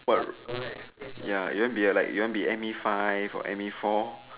what ya you want be like a M_E five or M_E four